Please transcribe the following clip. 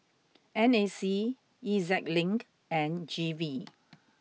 N A C E Z Link and G V